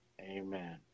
Amen